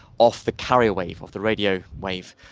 off the carrier wave, off the radio wave.